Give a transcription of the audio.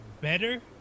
better